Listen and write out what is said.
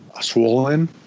swollen